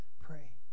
pray